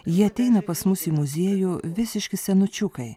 jie ateina pas mus į muziejų visiški senučiukai